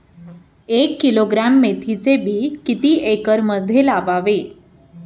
एक किलोग्रॅम मेथीचे बी किती एकरमध्ये लावावे?